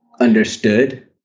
understood